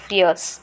years